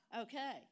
Okay